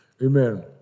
Amen